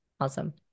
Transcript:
Awesome